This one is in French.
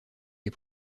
les